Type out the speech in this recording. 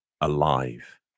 alive